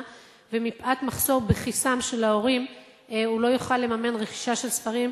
ומפאת מחסור בכיסם של ההורים הוא לא יוכל לממן רכישה של ספרים.